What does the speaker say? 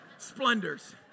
Splendors